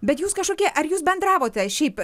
bet jūs kažkokie ar jūs bendravote šiaip